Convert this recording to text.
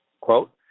quote